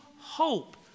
hope